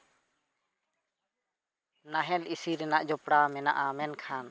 ᱱᱟᱦᱮᱞ ᱤᱥᱤ ᱨᱮᱱᱟᱜ ᱡᱚᱯᱲᱟᱣ ᱢᱮᱱᱟᱜᱼᱟ ᱢᱮᱱᱠᱷᱟᱱ